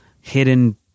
hidden